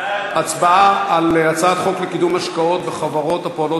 להצבעה על הצעת חוק לקידום השקעות וחברות הפועלות